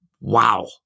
wow